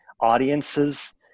audiences